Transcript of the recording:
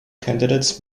candidates